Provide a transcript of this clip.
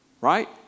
right